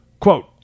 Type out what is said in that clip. quote